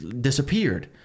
disappeared